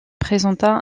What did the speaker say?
présenta